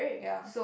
yeah